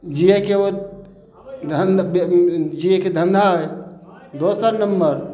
जियैके जियैके धंधा हइ दोसर नम्बर